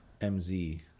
M-Z